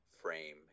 frame